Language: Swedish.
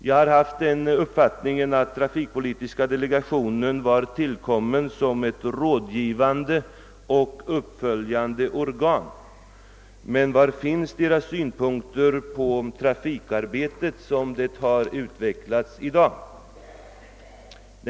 Jag har den uppfattningen att trafikpolitiska delegationen tillkom för att vara ett rådgivande och uppföljande organ. Men var finns delegationens synpunkter på trafikarbetet som det har utvecklats i dag?